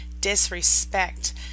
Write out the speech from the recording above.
disrespect